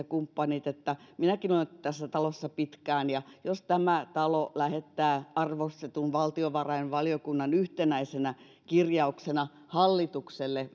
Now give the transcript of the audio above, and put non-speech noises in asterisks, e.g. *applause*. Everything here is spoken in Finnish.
*unintelligible* kumppanit minäkin olen ollut tässä talossa pitkään että jos tämä talo lähettää arvostetun valtiovarainvaliokunnan yhtenäisenä kirjauksena hallitukselle *unintelligible*